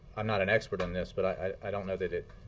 i'm not an expert in this, but i don't know that it